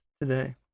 today